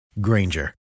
Granger